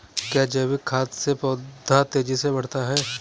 क्या जैविक खाद से पौधा तेजी से बढ़ता है?